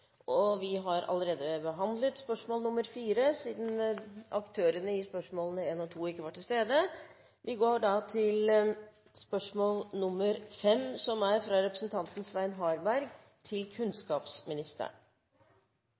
siden aktørene i spørsmålene 1 og 2 ikke var til stede. Vi går da til spørsmål 5. Dette spørsmålet, fra representanten Svein Harberg til kunnskapsministeren,